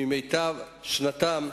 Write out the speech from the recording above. ממיטב שנותיהם,